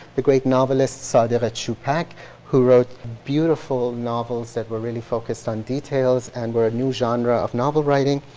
the great novelist sadiq chubak, who wrote beautiful novels that were really focused on details and were a new genre of novel writing.